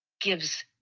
gives